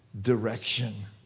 direction